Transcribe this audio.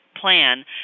plan